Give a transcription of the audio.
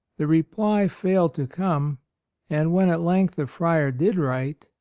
the reply failed to come and when at length the friar did write,